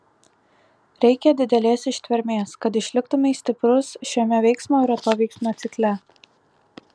reikia didelės ištvermės kad išliktumei stiprus šiame veiksmo ir atoveiksmio cikle